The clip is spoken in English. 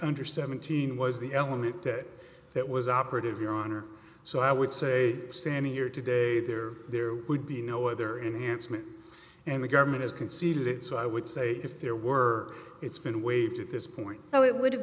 under seventeen was the element that that was operative your honor so i would say standing here today there there would be no other enhanced me and the government has conceded so i would say if there were it's been waived at this point so it would have